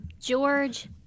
george